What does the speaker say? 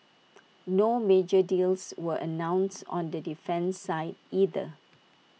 no major deals were announced on the defence side either